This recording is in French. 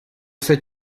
fais